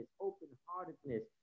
open-heartedness